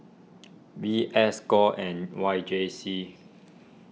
V S Score and Y J C